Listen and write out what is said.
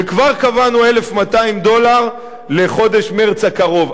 וכבר קבענו 1,200 דולר לחודש מרס הקרוב.